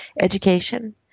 education